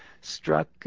struck